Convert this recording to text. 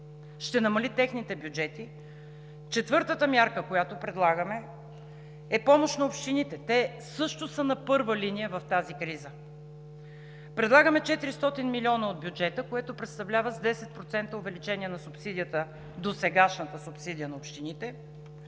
ще намали техните бюджети, четвъртата мярка, която предлагаме, е помощ на общините, защото те също са на първа линия в тази криза. Предлагаме 400 милиона от бюджета, което представлява с 10% увеличение на досегашната субсидия на общините,